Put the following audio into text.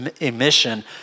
emission